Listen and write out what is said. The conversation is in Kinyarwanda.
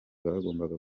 bagombaga